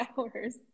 hours